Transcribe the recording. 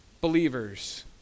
believers